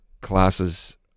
classes